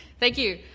thank you,